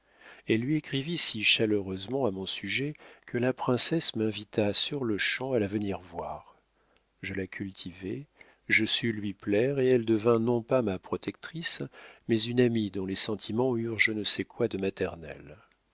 elle lui écrivit si chaleureusement à mon sujet que la princesse m'invita sur-le-champ à la venir voir je la cultivai je sus lui plaire et elle devint non pas ma protectrice mais une amie dont les sentiments eurent je ne sais quoi de maternel